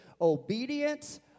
Obedience